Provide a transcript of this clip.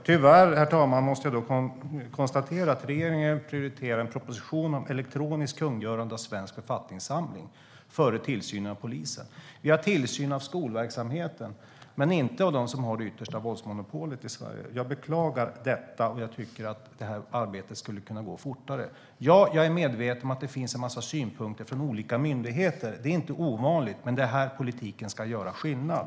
Herr talman! Tyvärr måste jag konstatera att regeringen prioriterar en proposition om elektroniskt kungörande av Svensk författningssamling före tillsynen av polisen. Det sker tillsyn av skolverksamheten men inte av dem som har det yttersta våldsmonopolet i Sverige. Jag beklagar detta, och jag tycker att arbetet skulle kunna gå fortare. Jag är medveten om att det finns en mängd synpunkter från olika myndigheter - det är inte ovanligt - men det är här politiken ska göra skillnad.